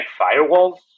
firewalls